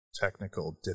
Technical